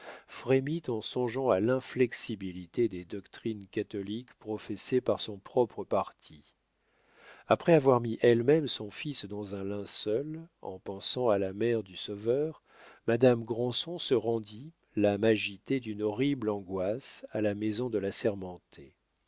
frémit en songeant à l'inflexibilité des doctrines catholiques professées par son propre parti après avoir mis elle-même son fils dans un linceul en pensant à la mère du sauveur madame granson se rendit l'âme agitée d'une horrible angoisse à la maison de l'assermenté